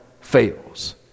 fails